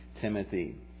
Timothy